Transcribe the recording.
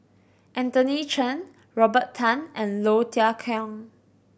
Anthony Chen Robert Tan and Low Thia Khiang